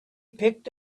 picked